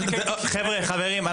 חברים,